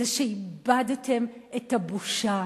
זה שאיבדתם את הבושה.